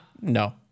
No